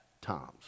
times